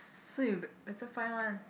so you better find one